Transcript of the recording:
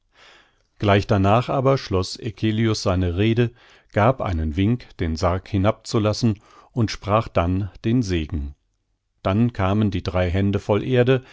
gleich danach aber schloß eccelius seine rede gab einen wink den sarg hinab zu lassen und sprach dann den segen dann kamen die drei hände voll erde